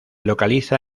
localiza